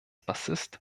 bassist